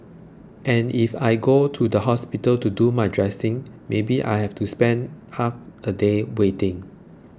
and if I go to the hospital to do my dressing maybe I have to spend half a day waiting